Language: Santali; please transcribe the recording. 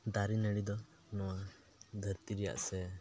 ᱫᱟᱨᱮ ᱱᱟᱹᱲᱤ ᱫᱚ ᱱᱚᱣᱟ ᱫᱷᱟᱹᱨᱛᱤ ᱨᱮᱭᱟᱜ ᱥᱮ